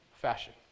fashion